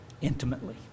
Intimately